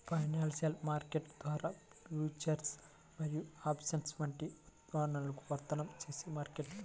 financial market ద్వారా futures మరియు options వంటి ఉత్పన్నాలను వర్తకం చేసే మార్కెట్